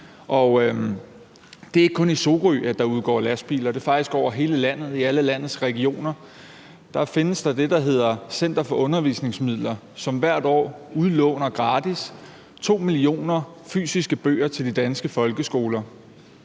Det er ikke kun Sorø, der udgår lastbiler fra; det sker faktisk over hele landet. I alle landets regioner findes der det, der hedder Center for Undervisningsmidler, som hvert år gratis udlåner 2 millioner fysiske bøger til de danske folkeskoler.